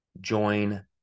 Join